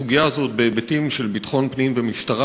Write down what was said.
אתה ענית על הסוגיה הזאת בהיבטים של ביטחון פנים ומשטרה,